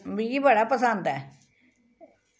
मिगी बड़ा पसंद ऐ